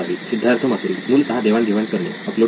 सिद्धार्थ मातुरी मूलतः देवाण घेवाण करणे अपलोड करणे